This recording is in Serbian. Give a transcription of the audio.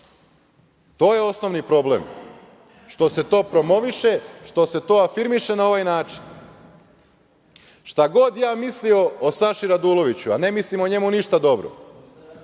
To je osnovni problem, što se to promoviše, što se to afirmiše na ovaj način. Šta god ja mislio o Saši Raduloviću, a ne mislim o njemu ništa dobro,